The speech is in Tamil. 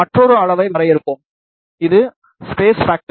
மற்றொரு அளவை வரையறுப்போம் இது ஸ்பேஷ் ஃபேக்டர்